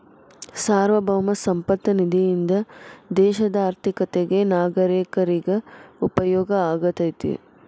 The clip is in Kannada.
ಸಾರ್ವಭೌಮ ಸಂಪತ್ತ ನಿಧಿಯಿಂದ ದೇಶದ ಆರ್ಥಿಕತೆಗ ನಾಗರೇಕರಿಗ ಉಪಯೋಗ ಆಗತೈತಿ